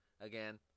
again